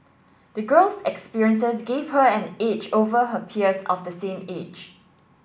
the girl's experiences gave her an edge over her peers of the same age